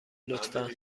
لطفا